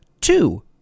two